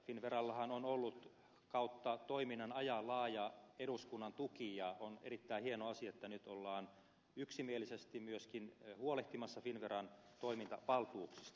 finnverallahan on ollut kautta toimintansa ajan laaja eduskunnan tuki ja on erittäin hieno asia että nyt ollaan yksimielisesti myöskin huolehtimassa finnveran toimintavaltuuksista